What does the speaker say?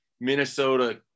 Minnesota